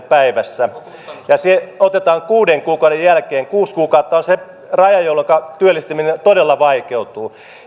päivässä ja se otetaan kuuden kuukauden jälkeen kuusi kuukautta on se raja jolloinka työllistyminen todella vaikeutuu